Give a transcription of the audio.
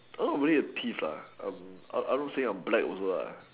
a lot of Malay are peach I not saying a black also